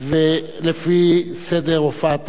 ולפי סדר הופעתם.